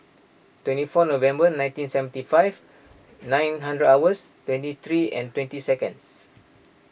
twenty four November nineteen seventy five nine hundred hours twenty three and twenty seconds